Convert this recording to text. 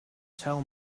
tell